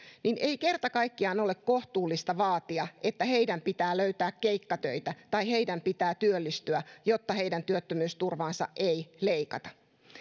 niin ei kerta kaikkiaan ole kohtuullista vaatia että heidän pitää löytää keikkatöitä tai heidän pitää työllistyä jotta heidän työttömyysturvaansa ei leikata